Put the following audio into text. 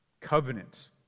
Covenant